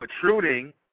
protruding